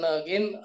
again